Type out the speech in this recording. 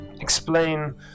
explain